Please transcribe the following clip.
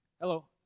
Hello